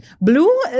Blue